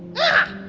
yeah.